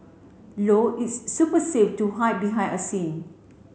low its super safe to hide behind a scene